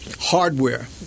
Hardware